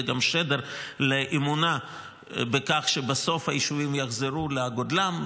זה גם משדר אמונה בכך שבסוף היישובים יחזרו לגודלם,